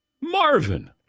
Marvin